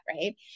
right